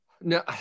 No